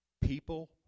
People